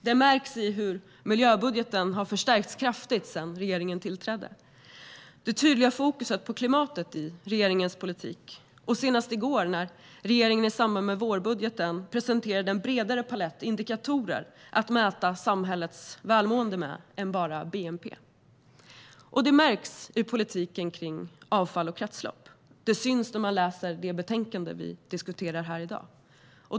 Det märks på att miljöbudgeten har förstärkts kraftigt sedan regeringen tillträdde, och det märks på det tydliga fokus på klimatet som finns i regeringens politik. Det märktes senast i går, när regeringen i samband med vårbudgeten presenterade en bredare palett av indikatorer att mäta samhällets välmående med än bara bnp. Det märks också i politiken som rör avfall och kretslopp. Det syns när man läser det betänkande som vi diskuterar här i dag.